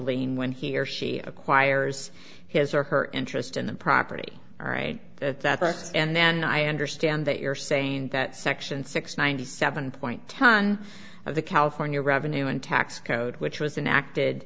lane when he or she acquires his or her interest in the property right at that first and then i understand that you're saying that section six ninety seven point ton of the california revenue and tax code which was an acted